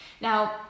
Now